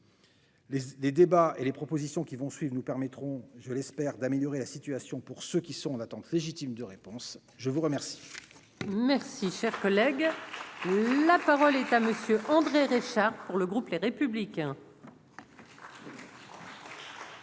les débats et les propositions qui vont suivre, nous permettront, je l'espère, d'améliorer la situation pour ceux qui sont en attente légitime de réponse, je vous remercie. Merci, cher collègue, la parole est à Monsieur André Richard. Pour le groupe Les Républicains.